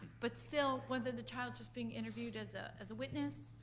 but still, whether the child's just being interviewed as ah as a witness,